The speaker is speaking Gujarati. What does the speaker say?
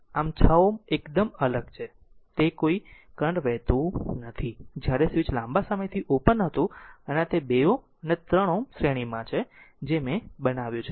આમ 6 Ω એકદમ અલગ છે તે અહીં કોઈ કરંટ વહેતું નથી જ્યારે સ્વીચ લાંબા સમયથી ઓપન હતું અને આ તે 2 Ω 3 Ω શ્રેણીમાં છે જે મેં બનાવ્યું છે